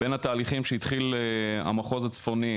בין התהליכים שהתחיל המחוז הצפוני